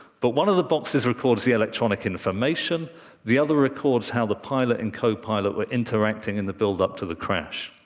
but one of the boxes records the electronic information the other records how the pilot and co-pilot were interacting in the build-up to the crash.